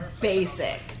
basic